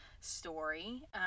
story